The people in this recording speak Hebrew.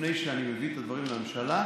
לפני שאני מביא את הדברים לממשלה,